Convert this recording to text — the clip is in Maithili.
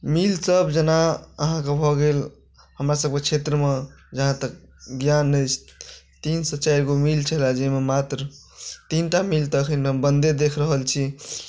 मिलसभ जेना अहाँके भऽ गेल हमरासभके क्षेत्रमे जहाँतक ज्ञान अछि तीनसँ चारिगो मिल छलए जाहिमे मात्र तीनटा मिल तऽ एखनमे बन्दे देख रहल छी